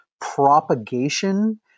propagation